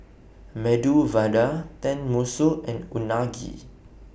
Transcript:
Medu Vada Tenmusu and Unagi